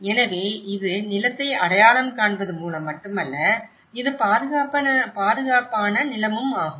எனவே இது நிலத்தை அடையாளம் காண்பது மூலம் மட்டுமல்ல இது பாதுகாப்பான நிலமுமாகும்